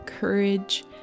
courage